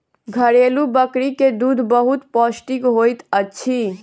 घरेलु बकरी के दूध बहुत पौष्टिक होइत अछि